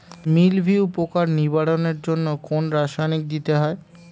মিলভিউ পোকার নিবারণের জন্য কোন রাসায়নিক দিতে হয়?